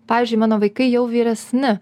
pavyzdžiui mano vaikai jau vyresni